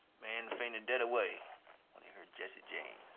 men fainted dead away when they heard jesse james.